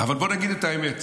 אבל בוא נגיד את האמת.